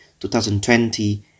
2020